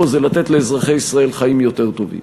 זה לתת אזרחי ישראל חיים יותר טובים.